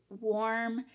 warm